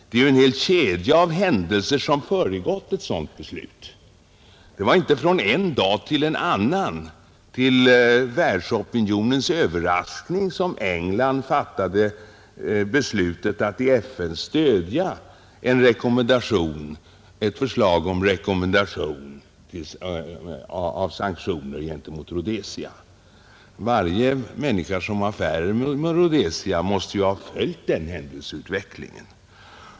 Det är ju en hel kedja av händelser som föregår ett sådant beslut. Det var inte från en dag till en annan, till världsopinionens överraskning, som England fattade beslutet att i FN stödja ett förslag beträffande rekommendation om sanktioner gentemot Rhodesia. Varje människa, som hade affärer med Rhodesia, måste ju ha följt den händelseutvecklingen.